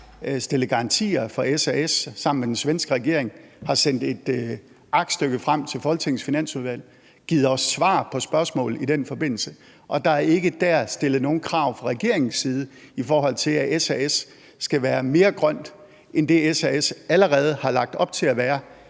har stillet garantier for SAS sammen med den svenske regering. Der er sendt et aktstykke frem til Folketingets Finansudvalg, og der er givet svar på spørgsmål i den forbindelse, og der er ikke dér stillet nogen krav fra regeringens side, i forhold til at SAS skal være mere grønt end det, SAS allerede har lagt op til at være,